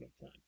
time